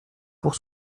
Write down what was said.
pour